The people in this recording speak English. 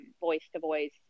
voice-to-voice